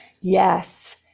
Yes